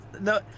No